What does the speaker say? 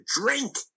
drink